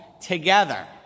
together